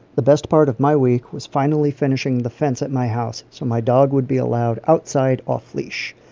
the best part of my week was finally finishing the fence at my house, so my dog would be allowed outside off-leash.